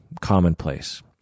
commonplace